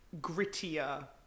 grittier